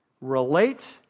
relate